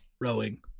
rowing